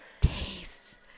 tastes